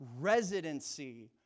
residency